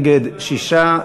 נגד, 6,